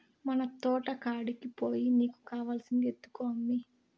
మన తోటకాడికి పోయి నీకు కావాల్సింది ఎత్తుకో అమ్మీ